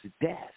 death